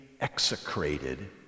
execrated